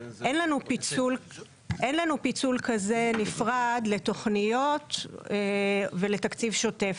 אין לנו פיצול כזה נפרד לתוכניות ולתקציב שוטף.